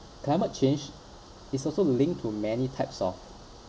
climate change is also linked to many types of